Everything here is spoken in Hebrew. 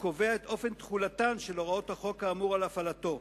וקובע את אופן תחולתן של הוראות החוק האמור על הפעלתו.